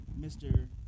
Mr